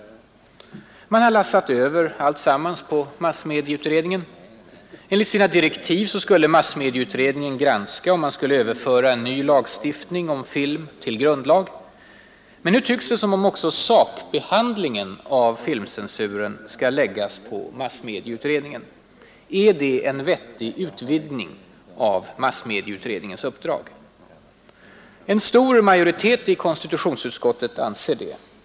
Man har lassat över alltsammans på massmedieutredningen. Torsdagen den Enligt sina direktiv skulle massmedieutred ningen granska om man skulle 20 april 1972 överföra en ny lagstiftning om film till grundlag. Men nu tycks det som O —— om också sakbehandlingen av filmcensuren skall läggas på massmedie Avskaffande av filmutredningen. Är det en vettig utvidgning av massmedieutredningens censuren för vuxna, uppdrag? m.m. En stor majoritet i konstitutionsutskottet anser det.